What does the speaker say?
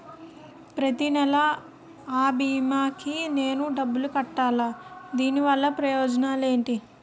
ప్రతినెల అ భీమా కి నేను డబ్బు కట్టాలా? దీనివల్ల ప్రయోజనాలు ఎంటి?